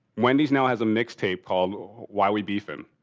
wendy's now has a mixtape called why we beefing.